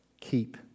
Keep